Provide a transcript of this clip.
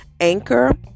Anchor